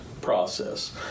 process